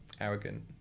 arrogant